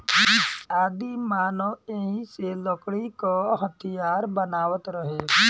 आदिमानव एही से लकड़ी क हथीयार बनावत रहे